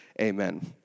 Amen